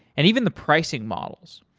and even the pricing models.